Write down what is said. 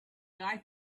guy